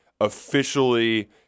officially